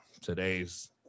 today's